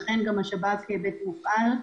ולכן השב"כ הופעל בעניין,